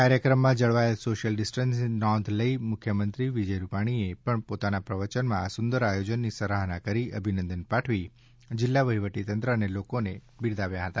કાર્યક્રમમાં જળવાયેલ સોશ્યલ ડિસ્ટન્સની નોંધ લઇ મુખ્યમંત્રીશ્રી વિજય રૂપાણીએ પણ પોતાના પ્રવચનમાં આ સુંદર આયોજનની સરાહના કરી અભિનંદન પાઠવી જિલ્લા વહીવટીતંત્ર અને લોકોને બિરદાવ્યા હતા